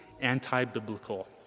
anti-biblical